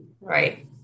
Right